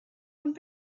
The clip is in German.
und